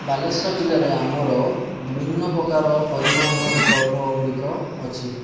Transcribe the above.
ବାଲେଶ୍ୱର ଜିଲ୍ଲାରେ ଆମର ବିଭିନ୍ନପ୍ରକାର ପରିବହନର ବିକଳ୍ପଗୁଡ଼ିକ ଅଛି